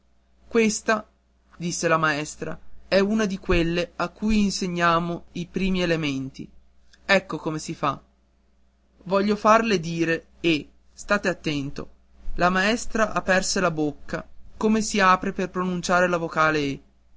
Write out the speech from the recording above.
questa disse la maestra è una di quelle a cui insegniamo i primi elementi ecco come si fa voglio farle dire e state attento la maestra aperse la bocca come si apre per pronunciare la vocale